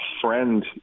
friend